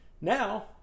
Now